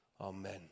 Amen